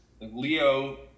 Leo